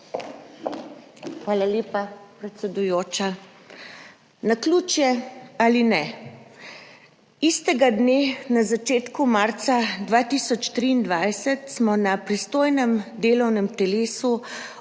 Hvala lepa, predsedujoča. Naključje ali ne, istega dne na začetku marca 2023 smo na pristojnem delovnem telesu